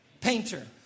painter